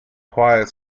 quite